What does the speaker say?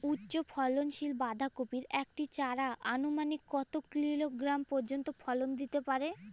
উচ্চ ফলনশীল বাঁধাকপির একটি চারা আনুমানিক কত কিলোগ্রাম পর্যন্ত ফলন দিতে পারে?